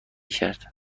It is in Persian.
کرد